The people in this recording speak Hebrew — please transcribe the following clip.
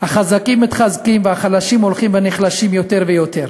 החזקים מתחזקים והחלשים הולכים ונחלשים יותר ויותר.